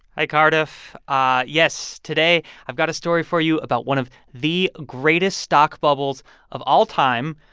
hi, cardiff. ah yes. today, i've got a story for you about one of the greatest stock bubbles of all time,